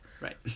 Right